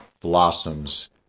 blossoms